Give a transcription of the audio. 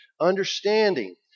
understanding